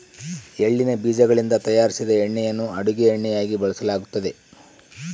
ಎಳ್ಳಿನ ಬೀಜಗಳಿಂದ ತಯಾರಿಸಿದ ಎಣ್ಣೆಯನ್ನು ಅಡುಗೆ ಎಣ್ಣೆಯಾಗಿ ಬಳಸಲಾಗ್ತತೆ